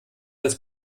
das